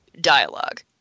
dialogue